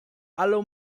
allow